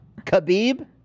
Khabib